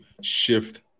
shift